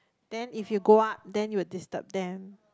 then if you go up then you will disturb them